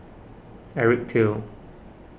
Eric Teo